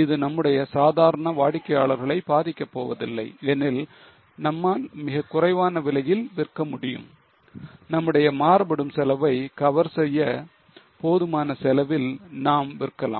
இது நம்முடைய சாதாரண வாடிக்கையாளர்களை பாதிக்கப் போவதில்லை எனில் நம்மால் மிக குறைவான விலையில் விற்க முடியும் நம்முடைய மாறுபடும் செலவை cover செய்ய போதுமான செலவில் நாம் விற்கலாம்